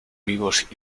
vivos